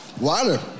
Water